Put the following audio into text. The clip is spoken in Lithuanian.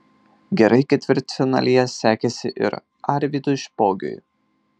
gerai ketvirtfinalyje sekėsi ir arvydui špogiui